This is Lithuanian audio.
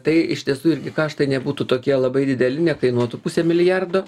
tai iš tiesų irgi karštai nebūtų tokie labai dideli nekainuotų pusę milijardo